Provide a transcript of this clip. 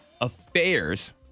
affairs